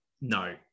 No